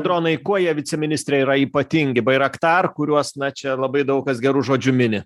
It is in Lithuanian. dronai kuo jie viceministre yra ypatingi bairaktar kuriuos na čia labai daug kas geru žodžiu mini